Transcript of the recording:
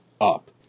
up